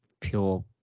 pure